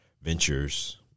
Ventures